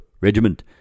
regiment